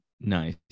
Nice